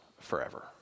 forever